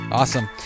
awesome